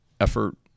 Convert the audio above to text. effort